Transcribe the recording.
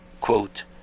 quote